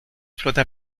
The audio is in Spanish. flota